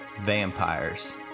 Vampires